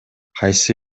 кайсы